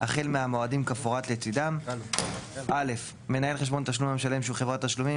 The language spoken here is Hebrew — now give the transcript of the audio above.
החל מהמועדים כמפורט לצידם: מנהל חשבון תשלום למשלם שהוא חברת תשלומים